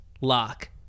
lock